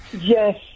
Yes